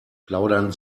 plaudern